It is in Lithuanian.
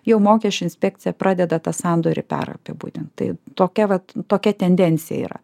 jau mokesčių inspekcija pradeda tą sandorį perapibūdint tai tokia vat tokia tendencija yra